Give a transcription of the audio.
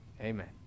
Amen